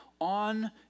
on